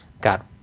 Got